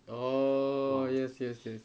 orh yes yes yes